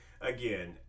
again